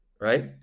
right